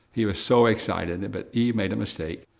he was so excited, but eve made a mistake.